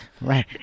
right